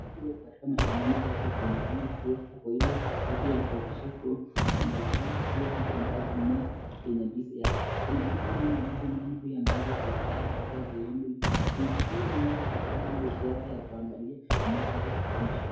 Mama huyu ako katika mashambani zake akionekana kuwa ako kwa ile harakati ya kuhakikisha kuwa anaipanda zile vitu ambavyo, mimea kwenye miti yake. Kuna ndizi mingi ambazo mama ameweza kuzipanda katika sehemu hii. Huyu naye ako katika ile ishara ya kuangalia mimea zake katika mashamba.